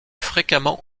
fréquemment